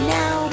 now